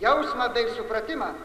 jausmą bei supratimą